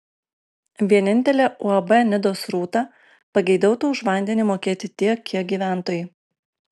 vienintelė uab nidos rūta pageidautų už vandenį mokėti tiek kiek gyventojai